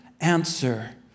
answer